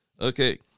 Okay